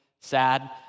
Sad